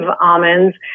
almonds